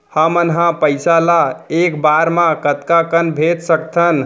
हमन ह पइसा ला एक बार मा कतका कन भेज सकथन?